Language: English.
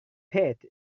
bet